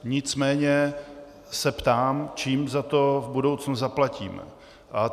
Nicméně se ptám, čím za to v budoucnu zaplatíme.